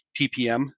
tpm